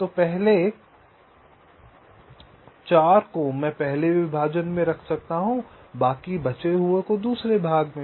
तो पहले 4 को मैं पहले विभाजन में रख सकता हूं बाकि बचे हुए को दूसरे भाग में